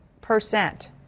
percent